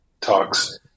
talks